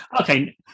Okay